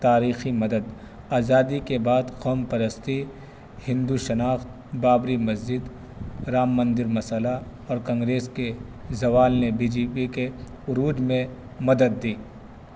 تاریخی مدد آزادی کے بعد قوم پرستی ہندو شناخت بابری مسجد رام مندر مسئلہ اور کنگریس کے زوال نے بی جے پی کے عروج میں مدد دی